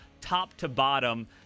top-to-bottom